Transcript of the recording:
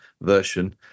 version